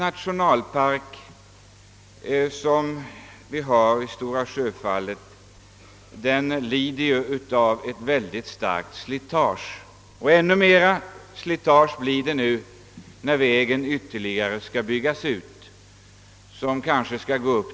Stora Sjöfallets nationalpark utsätts för ett starkt slitage och ännu mera blir det när vägen upp till Ritsemjokk skall byggas ut.